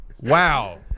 wow